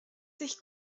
sich